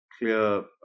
clear